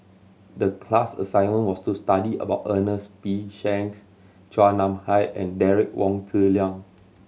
the class assignment was to study about Ernest P Shanks Chua Nam Hai and Derek Wong Zi Liang